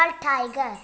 tiger